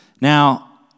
Now